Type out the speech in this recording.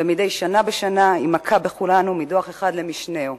ומדי שנה בשנה היא מכה בכולנו מדוח אחד למשנהו.